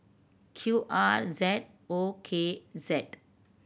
Q R Z O K Z